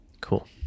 Cool